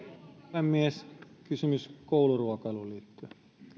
puhemies kysymys kouluruokailuun liittyen